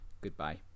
Goodbye